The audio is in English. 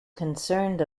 concerned